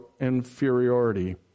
inferiority